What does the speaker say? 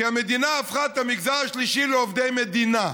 כי המדינה הפכה את המגזר השלישי לעובדי מדינה,